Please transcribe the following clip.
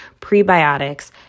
prebiotics